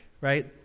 Right